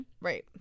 right